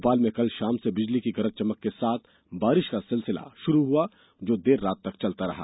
भोपाल में कल शाम से बिजली की गरज चमक के साथ बारिश का सिलसिला शुरू हुआ जो देर रात तक चलता रहा